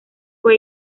fue